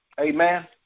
Amen